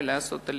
ולהעלות אותו,